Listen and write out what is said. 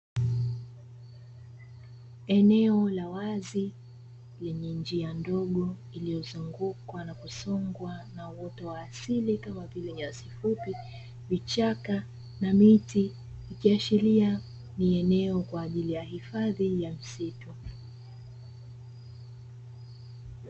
Eneo la wazi lenye njia ndogo iliyozungukwa na kusongwa na uoto wa asili kama vile nyasi fupi, vichaka na miti ikiashiria ni eneo kwa ajili ya hifadhi ya msitu.